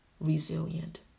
resilient